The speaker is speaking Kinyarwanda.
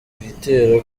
gitero